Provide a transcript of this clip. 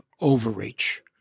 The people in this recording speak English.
overreach